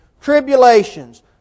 tribulations